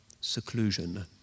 seclusion